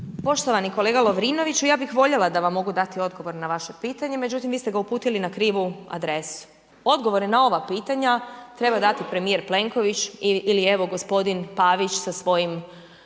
Poštovani kolega Lovrinoviću, ja bih voljela da vam dati odgovor na vaše pitanje međutim, vi ste ga uputili na krivu adresu. Odgovore na ova pitanja treba dati premijer Plenković ili evo gospodin Pavić sa svojim